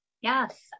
Yes